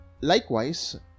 Likewise